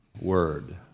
word